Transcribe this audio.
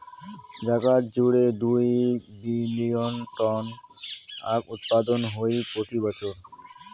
জাগাত জুড়ে দুই বিলীন টন আখউৎপাদন হই প্রতি বছর